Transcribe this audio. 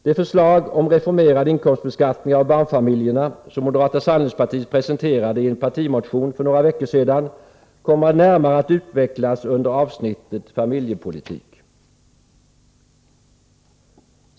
Det förslag om reformerad inkomstbeskattning av barnfamiljerna som moderata samlingspartiet presenterade i en partimotion för några veckor sedan kommer närmare att utvecklas under avsnittet familjepolitik.